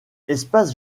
espace